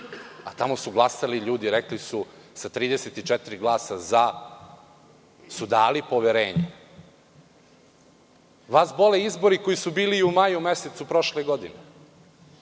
a tamo su glasali ljudi, rekli su sa 34 glasa za su dali poverenje. Vas bole izbori koji su bili i u maju mesecu prošle godine,